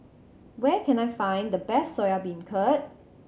where can I find the best Soya Beancurd